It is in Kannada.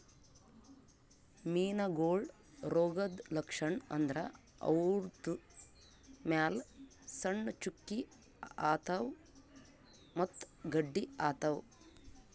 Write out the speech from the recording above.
ಮೀನಾಗೋಳ್ ರೋಗದ್ ಲಕ್ಷಣ್ ಅಂದ್ರ ಅವುದ್ರ್ ಮ್ಯಾಲ್ ಸಣ್ಣ್ ಚುಕ್ಕಿ ಆತವ್ ಮತ್ತ್ ಗಡ್ಡಿ ಆತವ್